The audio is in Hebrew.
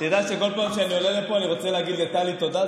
אתה יודע שכל פעם שאני עולה לפה אני רוצה להגיד לטלי תודה,